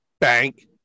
bank